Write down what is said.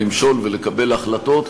למשול ולקבל החלטות,